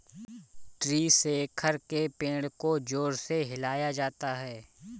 tree shaker से पेड़ को जोर से हिलाया जाता है